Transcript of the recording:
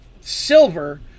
silver